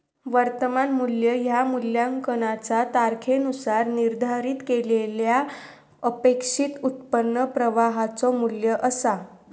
वर्तमान मू्ल्य ह्या मूल्यांकनाचा तारखेनुसार निर्धारित केलेल्यो अपेक्षित उत्पन्न प्रवाहाचो मू्ल्य असा